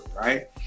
right